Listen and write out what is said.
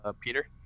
Peter